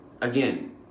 again